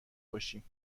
باشیم